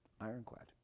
ironclad